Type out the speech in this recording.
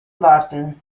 burton